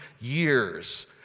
years